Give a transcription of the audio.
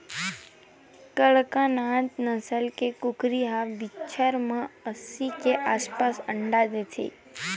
कड़कनाथ नसल के कुकरी ह बछर म अस्सी के आसपास अंडा देथे